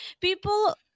People